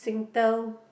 Singtel